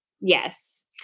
Yes